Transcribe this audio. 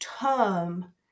term